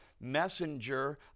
messenger